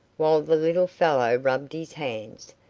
while the little fellow rubbed his hands.